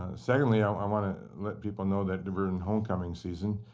ah secondly, i i want ah let people know that we're in homecoming season.